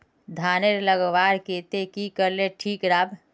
धानेर लगवार केते की करले ठीक राब?